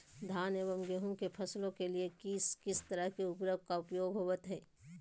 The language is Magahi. धान एवं गेहूं के फसलों के लिए किस किस तरह के उर्वरक का उपयोग होवत है?